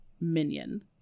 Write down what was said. minion